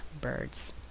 birds